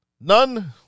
None